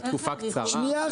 על תקופה קצרה --- שנייה,